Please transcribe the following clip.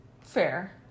Fair